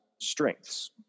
strengths